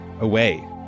away